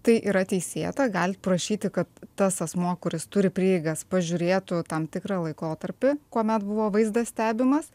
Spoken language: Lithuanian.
tai yra teisėta galit prašyti kad tas asmuo kuris turi prieigas pažiūrėtų tam tikrą laikotarpį kuomet buvo vaizdas stebimas